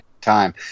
time